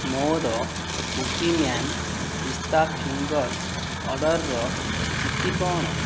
ମୋର କୁକୀମ୍ୟାନ୍ ପିସ୍ତା ଫିଙ୍ଗର୍ସ୍ ଅର୍ଡ଼ର୍ର ସ୍ଥିତି କ'ଣ